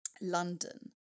London